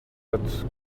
but